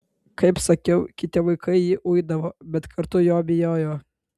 kaip sakiau kiti vaikai jį uidavo bet kartu jo bijojo